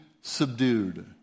subdued